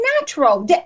natural